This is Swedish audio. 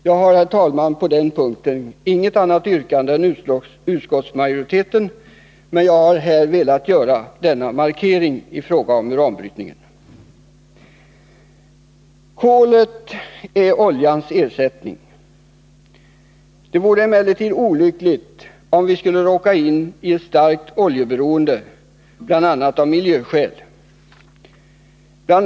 Jag har, herr talman, på denna punkt inget annat yrkande än utskottsmajoriteten, men jag har velat göra denna markering i fråga om uranbrytning. Kolet är oljans ersättning. Det vore emellertid olyckligt om vi skulle råka iniettstarkt kolberoende, bl.a. av miljöskäl. Bl.